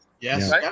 Yes